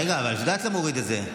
רגע, אבל את יודעת למה הוא הוריד את זה?